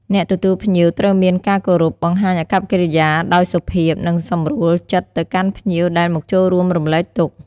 អ្នកទទួលភ្ញៀវត្រូវមានការគោរព បង្ហាញអាកប្បកិរិយាដោយសុភាព និងសម្រួលចិត្តទៅកាន់ភ្ញៀវដែលមកចូលរួមរំលែកទុក្ខ។